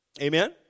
Amen